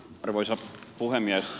arvoisa puhemies